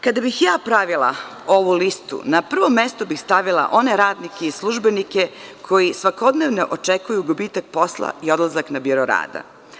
Kada bih ja pravila ovu listu, na prvom mestu bih stavila one radnike i službenike koji svakodnevno očekuju gubitak posla i odlazak na biro rada.